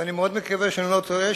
ואני מאוד מקווה שאני לא טועה,